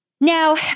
Now